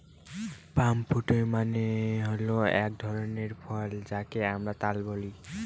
পাম fruit মানে হল এক ধরনের ফল যাকে আমরা তাল বলি